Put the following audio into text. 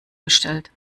gestellt